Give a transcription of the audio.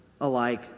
alike